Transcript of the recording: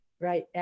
Right